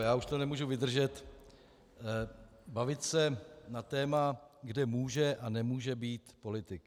Já už to nemůžu vydržet bavit se na téma, kde může a nemůže být politik.